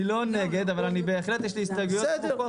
אני לא נגד אבל בהחלט יש לי הסתייגויות עמוקות.